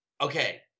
Okay